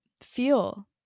feel